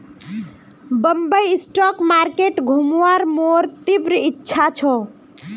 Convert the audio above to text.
Bombay stock market घुमवार मोर तीव्र इच्छा छ